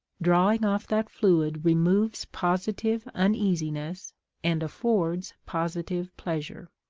drawing off that fluid removes positive uneasiness and affords positive pleasure.